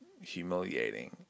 Humiliating